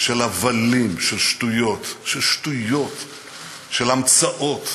של הבלים, של שטויות, של המצאות,